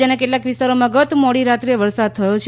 રાજ્યના કેટલાક વિસ્તારોમાં ગત મોડી રાત્રે વરસાદ થયો છે